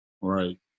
Right